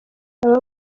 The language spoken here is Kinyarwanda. aba